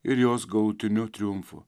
ir jos galutiniu triumfu